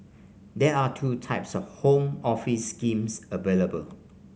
there are two types of Home Office schemes available